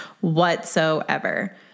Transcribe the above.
whatsoever